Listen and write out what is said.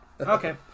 Okay